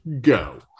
go